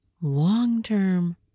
long-term